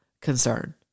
concern